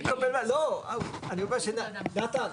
נתן,